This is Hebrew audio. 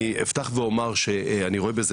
אני אפתח ואומר שאני רואה בזה,